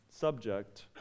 subject